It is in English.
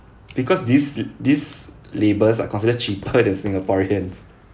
because these these labours are considered cheaper than singaporeans